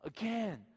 Again